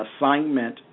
assignment